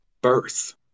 birth